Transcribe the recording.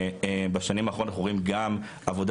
ובשנים האחרונות אנחנו רואים גם עבודה